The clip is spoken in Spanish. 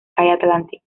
atlantic